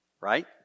right